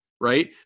Right